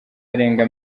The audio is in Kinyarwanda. arenga